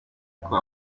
uko